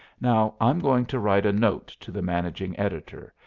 now, i'm going to write a note to the managing editor,